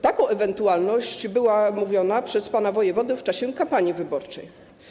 Taka ewentualność była omówiona przez pana wojewodę w czasie kampanii wyborczej.